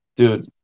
Dude